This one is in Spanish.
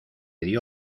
dio